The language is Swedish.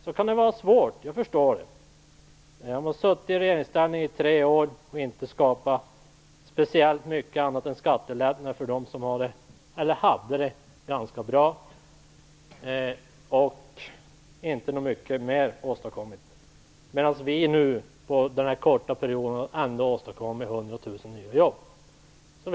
Jag kan förstå att det kan vara svårt när man har suttit i regeringsställning i tre år och inte skapat speciellt mycket annat än skattelättnader för dem som hade det ganska bra och inte åstadkommit något mycket mer. Vi har under denna korta period ändå åstadkommit 100 000 nya jobb.